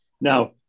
now